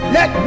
Let